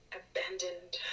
abandoned